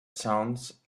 sounds